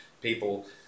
people